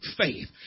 faith